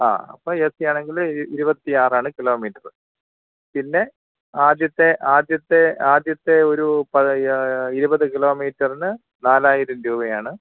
ആ അപ്പം A C ആണെങ്കിൽ ഇരുപത്തി ആറാണ് കിലോമീറ്റര് പിന്നെ ആദ്യത്തെ ആദ്യത്തെ ആദ്യത്തെ ഒരു ഇരുപത് കിലോമീറ്ററിന് നാലായിരം രൂപയാണ്